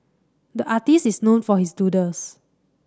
the artist is known for his doodles